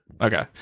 okay